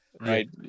right